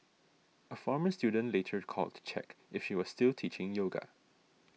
a former student later called to check if she was still teaching yoga